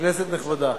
כנסת נכבדה,